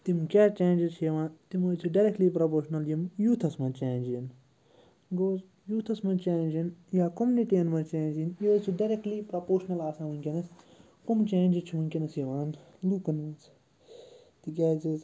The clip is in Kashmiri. تِم کیٛاہ چینٛجِس چھِ یِوان تِم حظ چھِ ڈٮ۪رٮ۪کلی پرٛپوشنَل یِم یوٗتھَس مَنٛز چینٛج یِن گوٚو یوٗتھَس منٛز چینٛج یِن یا کوٚمنِٹیَن منٛز چینٛج یِن یہِ حظ چھُ ڈٮ۪رٮ۪کلی پرٛپوشنَل آسان وٕنۍکٮ۪نَس کَم چینٛجِز چھِ وٕنۍکٮ۪نَس یِوان لُکَن منٛز تکیٛازِ حظ